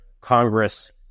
Congress